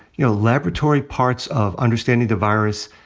you know, laboratory parts of understanding the virus,